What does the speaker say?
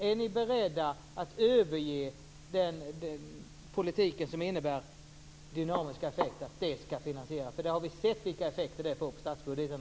Är ni beredda att överge den politik som innebär att dynamiska effekter skall finansiera det här? Vi har sett vilka effekter det får på statsbudgeten.